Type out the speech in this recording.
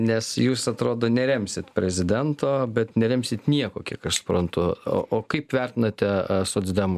nes jūs atrodo neremsit prezidento bet neremsit nieko kiek aš suprantu o kaip vertinate socdemų